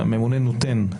והממונה נותן.